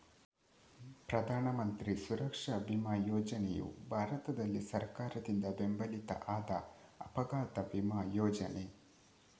ಪ್ರಧಾನ ಮಂತ್ರಿ ಸುರಕ್ಷಾ ಬಿಮಾ ಯೋಜನೆಯು ಭಾರತದಲ್ಲಿ ಸರ್ಕಾರದಿಂದ ಬೆಂಬಲಿತ ಆದ ಅಪಘಾತ ವಿಮಾ ಯೋಜನೆ